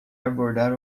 abordar